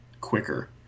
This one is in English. quicker